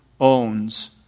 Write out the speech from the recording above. owns